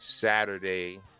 Saturday